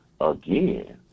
again